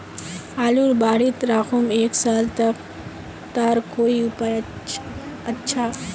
आलूर बारित राखुम एक साल तक तार कोई उपाय अच्छा?